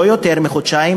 לא יותר מחודשיים,